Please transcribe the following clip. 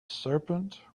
serpent